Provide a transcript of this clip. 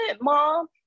mom